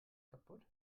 kaputt